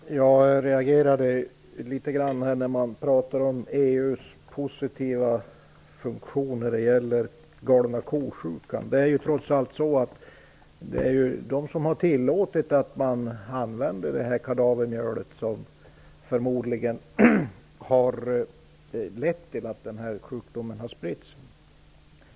Herr talman! Jag reagerade litet grand när det pratades om EU:s positiva funktion när det gäller "galna ko-sjukan". Det är ju de som har tillåtit att man använder kadavermjölet som förmodligen har bidragit till att den här sjukdomen har spritts.